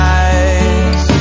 eyes